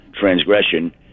transgression